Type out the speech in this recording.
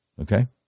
Okay